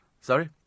Sorry